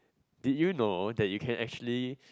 did you know that you can actually